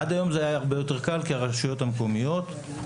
עד היום זה היה הרבה יותר קל כי הרשויות המקומיות היו